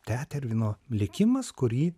tetervino likimas kurį